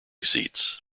seats